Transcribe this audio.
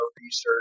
research